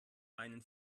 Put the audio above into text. einen